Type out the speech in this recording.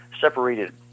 separated